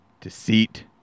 deceit